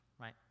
right